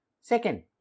Second